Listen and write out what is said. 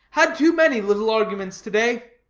had too many little arguments to-day.